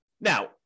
Now